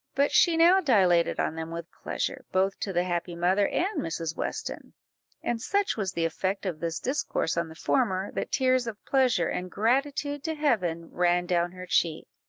but she now dilated on them with pleasure, both to the happy mother and mrs. weston and such was the effect of this discourse on the former, that tears of pleasure and gratitude to heaven ran down her cheek.